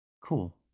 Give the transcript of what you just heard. Cool